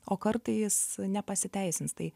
o kartai jis nepasiteisins tai